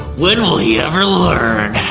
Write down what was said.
when will he ever learn?